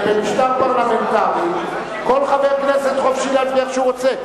במשטר פרלמנטרי כל חבר כנסת חופשי להצביע איך שהוא רוצה.